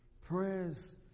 prayers